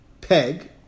peg